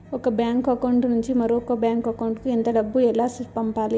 ఒక bank account నుంచి మరొక బ్యాంకు అకౌంట్ కు ఎంత డబ్బు ఎలా పంపాలి